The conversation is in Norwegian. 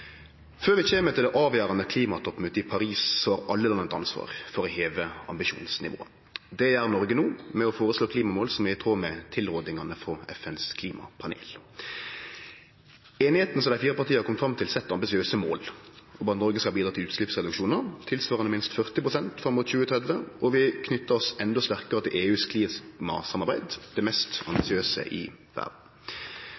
Før vi kjem til det avgjerande klimatoppmøtet i Paris, har alle eit ansvar for å heve ambisjonsnivået. Det gjer Noreg no, ved å føreslå klimamål som er i tråd med tilrådingane frå FNs klimapanel. Einigheita som dei fire partia kom fram til, set ambisiøse mål om at Noreg skal bidra til utsleppsreduksjonar som svarer til minst 40 pst. fram mot 2030, og vi knyter oss endå sterkare til EUs klimasamarbeid, det mest